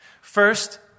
First